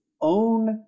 own